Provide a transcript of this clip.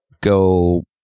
Go